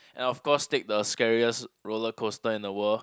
and of course take the scariest rollercoaster in the world